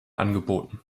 angeboten